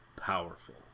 powerful